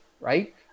right